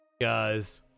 Guys